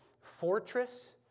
fortress